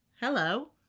Hello